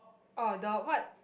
oh the what